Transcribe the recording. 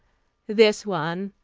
this one,